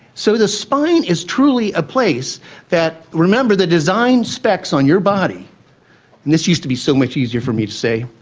so the spine is truly a place that, remember, the design specs on your body, and this used to be so much easier for me to say,